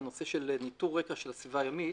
הנושא של ניטור רקע של הסביבה הימית,